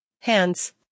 hands